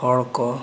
ᱦᱚᱲ ᱠᱚ